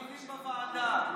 בוועדה.